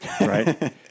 Right